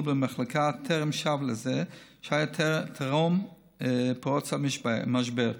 במחלקה טרם שב לזה שהיה לפני פרוץ המשבר,